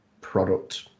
product